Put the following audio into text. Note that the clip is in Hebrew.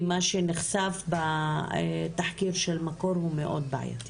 מה שנחשף בתחקיר של 'המקור' הוא מאוד בעייתי